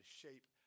shape